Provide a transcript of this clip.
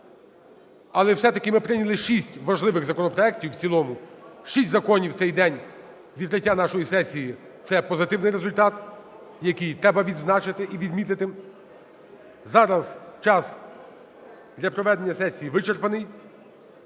Але все-таки ми прийняли шість важливих законопроектів в цілому, шість законів в цей день відкриття нашої сесії – це позитивний результат, який треба відзначити і відмітити. Зараз час для проведення сесії вичерпаний.